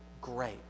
great